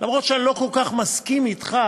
למרות שאני לא כל כך מסכים אתך.